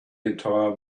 entire